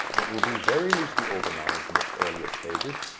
it will be very loosely organized in its earlier stages,